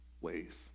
ways